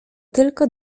tylko